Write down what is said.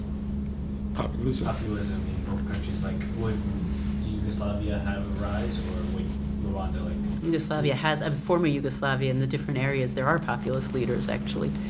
populism? populism in both countries, like would yugoslavia have a rise or would rwanda like yugoslavia has, former yugoslavia in the different areas there are populist leaders, actually.